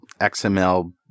XML